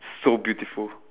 so beautiful